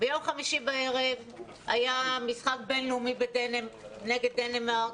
ביום חמישי בערב היה משחק בין-לאומי נגד דנמרק,